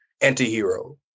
anti-hero